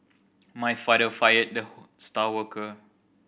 my father fired the star worker